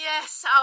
Yes